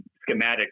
schematic